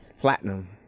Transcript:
Platinum